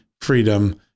freedom